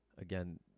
again